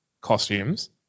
costumes